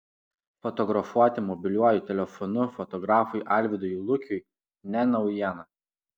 fotografuoti mobiliuoju telefonu fotografui alvydui lukiui ne naujiena